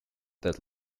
that